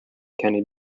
kenney